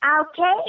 Okay